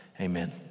Amen